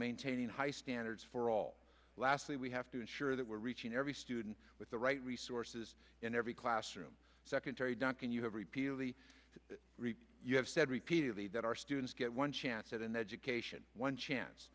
maintaining high standards for all lastly we have to ensure that we're reaching every student with the right resources in every classroom secretary duncan you have repeatedly you have said repeatedly that our students get one chance at an education one chance